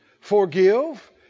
Forgive